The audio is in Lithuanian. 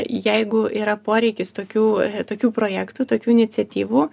jeigu yra poreikis tokių tokių projektų tokių iniciatyvų